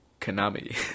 Konami